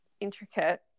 intricate